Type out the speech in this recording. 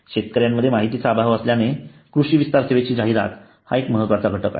शेतकऱ्यांमध्ये माहितीचा अभाव असल्याने कृषी विस्तार सेवेची जाहिरात हा सर्वांमध्ये महत्त्वाचा घटक आहे